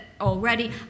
already